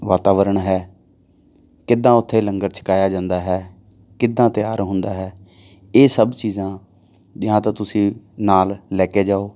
ਵਾਤਾਵਰਨ ਹੈ ਕਿੱਦਾਂ ਉੱਥੇ ਲੰਗਰ ਛਕਾਇਆ ਜਾਂਦਾ ਹੈ ਕਿੱਦਾਂ ਤਿਆਰ ਹੁੰਦਾ ਹੈ ਇਹ ਸਭ ਚੀਜ਼ਾਂ ਜਾਂ ਤਾਂ ਤੁਸੀਂ ਨਾਲ ਲੈ ਕੇ ਜਾਓ